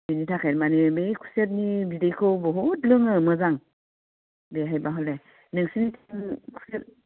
बेनि थाखायनो माने बे खुसेरनि बिदैखौ बहुद लोङो मोजां बेवहायबा हले नोंसोरनिथिं खुसेर